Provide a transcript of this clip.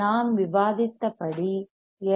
நாம் விவாதித்தபடி எல்